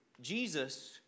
Jesus